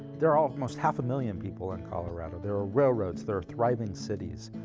there are almost half a million people in colorado. there are railroads, there are thriving cities.